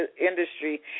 industry